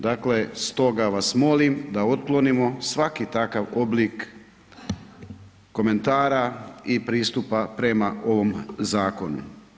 Dakle, stoga vas molim da otklonimo svaki takav oblik komentara i pristupa prema ovom zakonu.